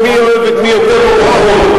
ומי אוהב את מי יותר או פחות,